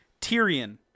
Tyrion